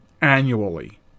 annually